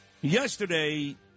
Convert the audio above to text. Yesterday